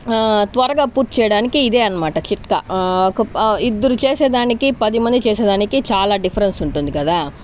త్వరగా పూర్తి చేయడానికి ఇదే అనమాట చిట్కా ఒక ఇద్దరు చేసేదానికి పదిమంది చేసే దానికి చాలా డిఫరెన్స్ ఉంటుంది కదా